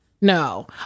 No